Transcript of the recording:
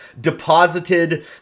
deposited